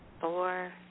four